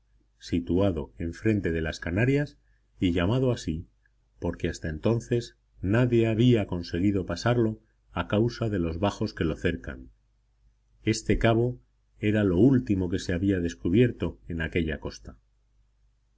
situado enfrente de las canarias y llamado así porque hasta entonces nadie había conseguido pasarlo a causa de los bajos que lo cercan este cabo era lo último que se había descubierto en aquella costa